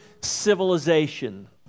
civilization